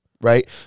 Right